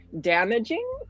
damaging